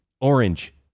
orange